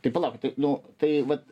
tai palaukit tai nu tai vat